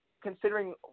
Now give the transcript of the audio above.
considering